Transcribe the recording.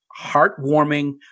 heartwarming